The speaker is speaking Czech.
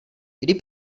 kdy